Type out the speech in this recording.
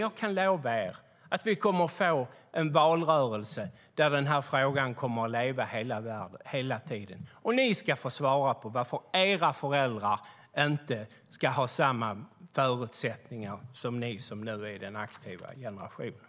Jag kan lova er att vi kommer att få en valrörelse där denna fråga kommer att leva hela tiden, och ni ska få svara på varför era föräldrar inte ska ha samma förutsättningar som ni som nu är i den aktiva generationen.